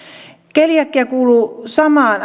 keliakia kuuluu samaan